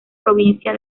provincia